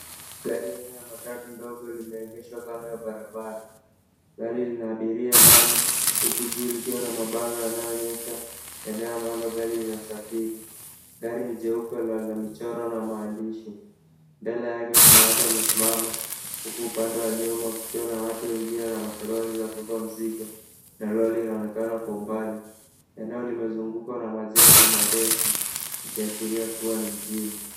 Gari aina ya matatu ndogo limeegeshwa kando ya barabara. Gari lina abiria ndani huku juu likiwa na mabango yanayoonyesha eneo ambalo gari linasafiri. Gari ni jeupe la michoro na maandishi. Mbele yake kuna watu wamesimama huku upande wa nyuma kukiwa na watu wengine na matoroli za kubeba mzigo na lori linaonekana kwa umbali. Eneo limezungukwa na majengo marefu ikiashiria kuwa ni mjini.